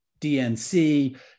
DNC